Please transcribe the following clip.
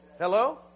Hello